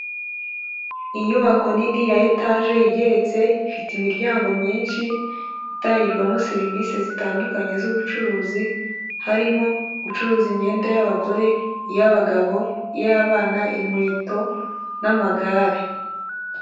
Inyubako nini ya etaje igeretse ifite imiryango myinshi itangirwamo serivisi zitandukanye, z'ubucuruzi, harimo gucuruza imyenda y'abagore, iy'abagabo, iy'abana inkweto n'amagare.